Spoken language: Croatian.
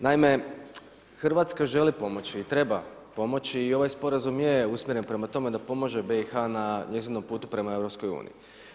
Naime, RH želi pomoći i treba pomoći i ovaj sporazum je usmjeren prema tome da pomaže BIH na njezinom putu prema EU.